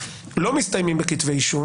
לא מסתיימים בכתבי אישום